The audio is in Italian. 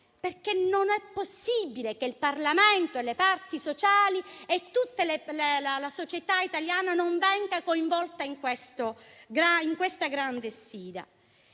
perché non è possibile che il Parlamento, le parti sociali e tutta la la società italiana non vengano coinvolti in questa grande sfida.